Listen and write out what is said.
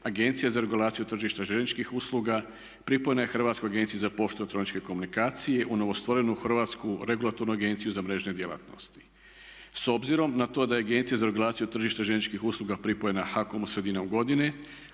Agencija za regulaciju tržišta željezničkih usluga pripojena je Hrvatskoj agenciji za poštu i elektroničke komunikacije u novostvorenu Hrvatsku regulatornu agenciju za mrežne djelatnosti. S obzirom da je Agencija za regulaciju tržišta željezničkih usluga pripojena HAKOM-u sredinom godine